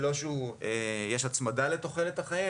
בלי שיש הצמדה לתוחלת החיים,